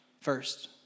first